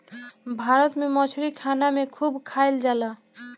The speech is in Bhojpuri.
भारत में मछरी खाना में खूब खाएल जाला